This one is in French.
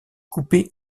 coupé